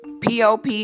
pop